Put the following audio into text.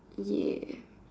ya